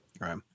Right